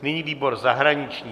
Nyní výbor zahraniční.